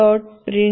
प्रिंट्लन Serial